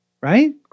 Right